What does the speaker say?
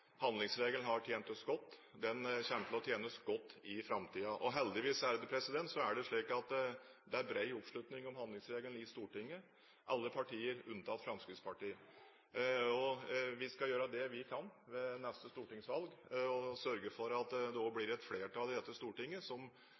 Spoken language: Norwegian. Handlingsregelen har tjent oss godt. Den kommer til å tjene oss godt i framtiden. Heldigvis er det slik at det er bred oppslutning om handlingsregelen i Stortinget fra alle partier, unntatt Fremskrittspartiet. Vi skal gjøre det vi kan ved neste stortingsvalg for å sørge for at det fortsatt blir et flertall i Stortinget som